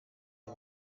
aya